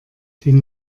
den